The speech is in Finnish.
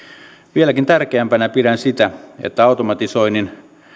vieläkin tärkeämpänä pidän sitä että automatisoinnin